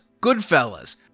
Goodfellas